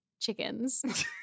Chickens